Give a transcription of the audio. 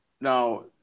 now